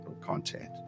content